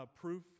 proof